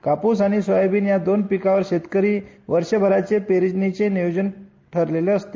कापूस आणि सोयाबीन या दोन पिकावर शेतकरी वर्षभराचे पेरणीचे नियोजन केलेले असते